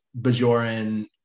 Bajoran